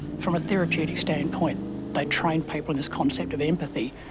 from a therapeutic standpoint they train people in this concept of empathy.